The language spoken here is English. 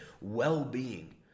well-being